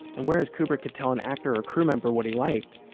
and whereas, kubrick could tell an actor or crewmember what he liked,